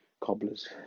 cobbler's